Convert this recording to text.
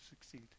succeed